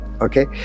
Okay